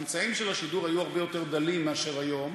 האמצעים של השידור היו הרבה יותר דלים מאשר היום.